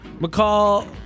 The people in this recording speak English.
McCall